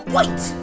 Wait